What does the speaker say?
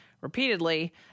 repeatedly